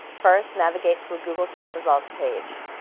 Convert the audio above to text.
first navigate to a google search results page.